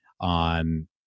on